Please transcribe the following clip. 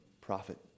profit